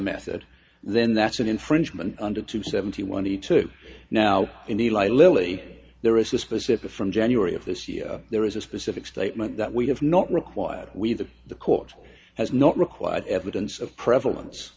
method then that's an infringement under two seventy one and two now in eli lilly there is a specific from january of this year there is a specific statement that we have not required we the the court has not required evidence of prevalence